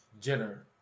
Jenner